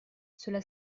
cela